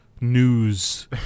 news